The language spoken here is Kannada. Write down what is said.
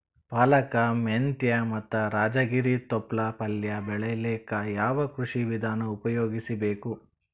ಪಾಲಕ, ಮೆಂತ್ಯ ಮತ್ತ ರಾಜಗಿರಿ ತೊಪ್ಲ ಪಲ್ಯ ಬೆಳಿಲಿಕ ಯಾವ ಕೃಷಿ ವಿಧಾನ ಉಪಯೋಗಿಸಿ ಬೇಕು?